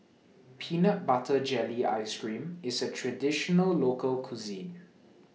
Peanut Butter Jelly Ice Cream IS A Traditional Local Cuisine